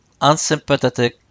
unsympathetic